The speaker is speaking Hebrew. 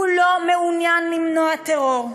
הוא לא מעוניין למנוע טרור.